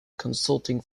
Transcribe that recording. consulting